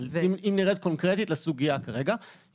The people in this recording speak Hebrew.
אבל אם נרד קונקרטית לסוגיה כרגע,